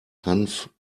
hanf